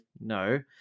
No